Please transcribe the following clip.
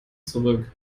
zurück